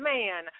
Man